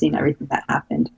scenery and